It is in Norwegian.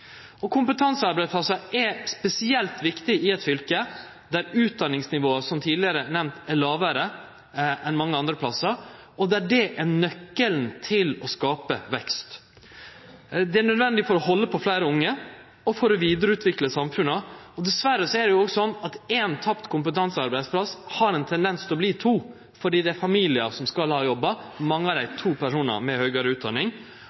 Og kompetansearbeidsplassar er spesielt viktige i eit fylke der utdanningsnivået, som tidlegare nemnt, er lågare enn mange andre plassar, og der det er nøkkelen til å skape vekst. Det er nødvendig for å halde på fleire unge og for å vidareutvikle samfunna. Dessverre er det slik at éin tapt kompetansearbeidsplass har ein tendens til å verte til to, fordi det er familiar som skal ha